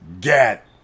get